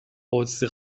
قدسی